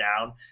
down